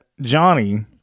Johnny